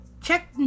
Check